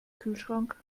kühlschrank